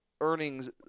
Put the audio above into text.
earnings